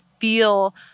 feel